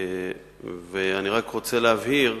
אני רק רוצה להבהיר,